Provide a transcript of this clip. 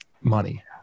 money